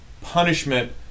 punishment